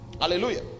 hallelujah